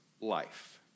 life